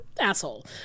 asshole